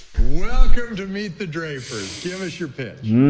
welcome to meet the drapers. give us your pitch.